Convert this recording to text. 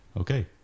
okay